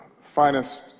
finest